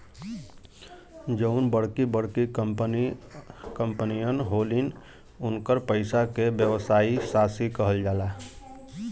जउन बड़की बड़की कंपमीअन होलिन, उन्कर पइसा के व्यवसायी साशी कहल जाला